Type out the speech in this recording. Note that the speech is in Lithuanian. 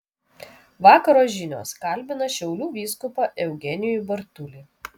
vakaro žinios kalbina šiaulių vyskupą eugenijų bartulį